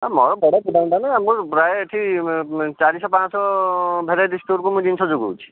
ହେ ମୋର ବଡ଼ ଦୋକାନଟା ମୋର ପ୍ରାୟ ଏଠି ଚାରିଶହ ପାଞ୍ଚଶହ ଭେରାଇଟି ଷ୍ଟୋର୍କୁ ମୁଁ ଜିନିଷ ଯୋଗାଉଛି